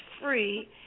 free